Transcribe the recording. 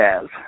Jazz